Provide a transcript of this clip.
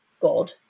god